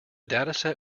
dataset